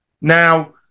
Now